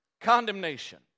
condemnation